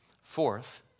Fourth